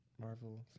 Marvel